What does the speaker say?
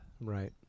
Right